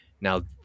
Now